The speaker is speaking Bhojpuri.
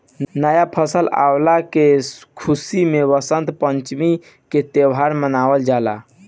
नया फसल अवला के खुशी में वसंत पंचमी के त्यौहार मनावल जाला